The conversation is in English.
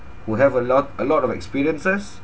who have a lot a lot of experiences